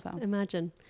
imagine